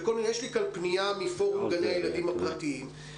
יש לי כאן פנייה מפורום גני הילדים הפרטיים,